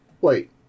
Wait